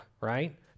right